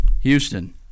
Houston